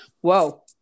Whoa